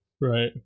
Right